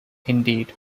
indeed